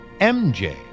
MJ